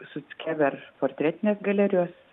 suckever portretinės galerijos